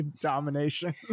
domination